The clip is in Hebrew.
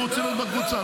הוא רוצה להיות בקבוצה.